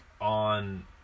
on